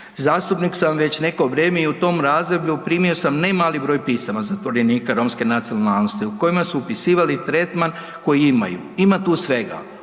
Zastupnik sam već neko vrijeme i u tom razdoblju primio sam ne mali broj pisama zatvorenika Romske nacionalnosti u kojima su opisivali tretman koji imaju. Ima tu svega